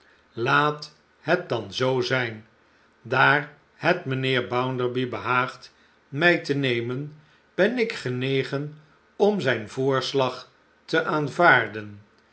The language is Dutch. laat het dan zoo zijn daar het mijnheer bounderby behaagt mij te nemen ben ik genegen om zijn voorslag te aanvaarden